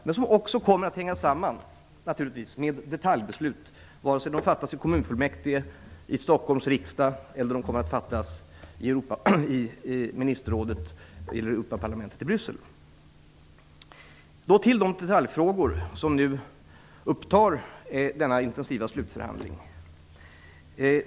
Men de kommer givetvis att hänga samman med detaljbeslut, vare sig de fattas i kommunfullmäktige, i riksdagen i Stockholm, i ministerrådet eller Europaparlamentet i Bryssel. Så till de detaljfrågor som nu upptar denna intensiva slutförhandling.